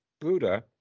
Buddha